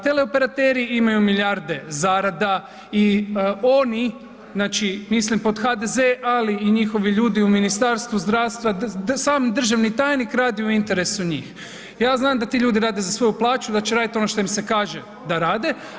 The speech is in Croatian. Teleoperateri imaju milijarde zarada i oni, mislim pod HDZ-e ali i njihovi ljudi u Ministarstvu zdravstva, sam državni tajnik radi u interesu njih, za znam da ti ljudi rade za svoju plaću da će raditi ono što im se kaže da rade.